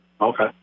Okay